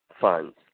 funds